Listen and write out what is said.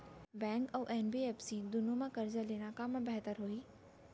Bank अऊ NBFC दूनो मा करजा लेना कामा बेहतर होही?